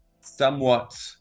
somewhat